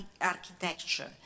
architecture